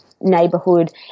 neighborhood